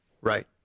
Right